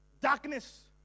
darkness